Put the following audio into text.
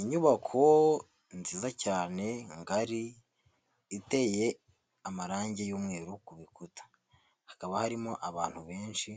Inyubako nziza cyane ngari, iteye amarangi y'umweru ku bikuta, hakaba harimo abantu benshi